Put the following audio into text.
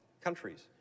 countries